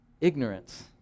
ignorance